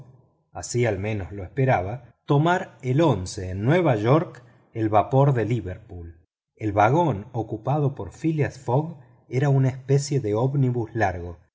así al menos lo esperaba tomar el en nueva york el vapor de liverpool el vagón ocupado por phileas fogg era una especie de ómnibus largo